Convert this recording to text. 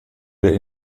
der